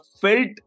felt